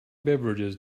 beverages